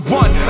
one